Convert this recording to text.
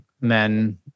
men